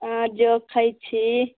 हँ जोखै छी